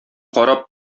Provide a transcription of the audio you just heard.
карап